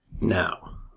Now